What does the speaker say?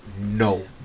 no